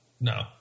No